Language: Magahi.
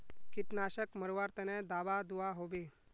कीटनाशक मरवार तने दाबा दुआहोबे?